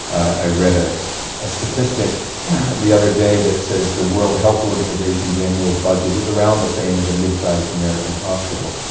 i read ah a statistic the other day that says the world health organization's annual budget is around the same as a mid-sized american hospital.